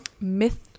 Myth